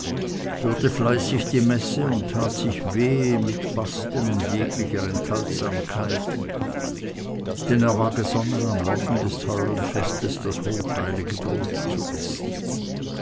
hörte fleißig die messe und tat sich wehe mit fasten und jeglicher enthaltsamkeit denn er war gesonnen am morgen des teuern festes das hochheilige brot zu essen